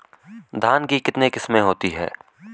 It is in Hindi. धान की कितनी किस्में होती हैं?